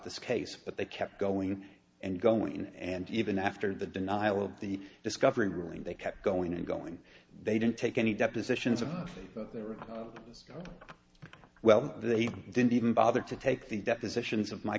this case but they kept going and going and even after the denial of the discovery ruling they kept going and going they didn't take any depositions of their own as well they didn't even bother to take the depositions of my